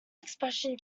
expression